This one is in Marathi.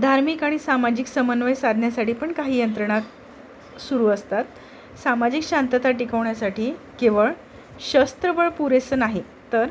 धार्मिक आणि सामाजिक समन्वय साधण्यासाठी पण काही यंत्रणा सुरू असतात सामाजिक शांतता टिकवण्यासाठी केवळ शस्त्रबळ पुरेसं नाही तर